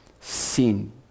sin